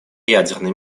ядерной